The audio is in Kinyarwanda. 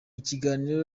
kiganiro